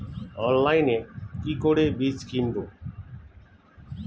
অনলাইনে কি করে বীজ কিনব?